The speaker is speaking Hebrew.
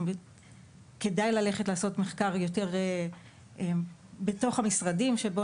אם כדאי ללכת לעשות מחקר בתוך המשרדים שבו